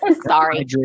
Sorry